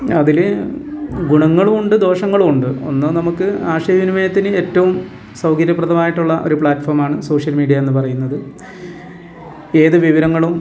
അതിൽ ഗുണങ്ങളും ഉണ്ട് ദോഷങ്ങളും ഉണ്ട് ഒന്നും നമുക്ക് ആശയ വിനിമയത്തിന് ഏറ്റവും സൗകര്യപ്രദമായിട്ടുള്ള ഒരു പ്ലാറ്റ്ഫോമാണ് സോഷ്യൽ മീഡിയ എന്നു പറയുന്നത് ഏതു വിവരങ്ങളും